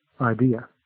idea